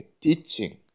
teaching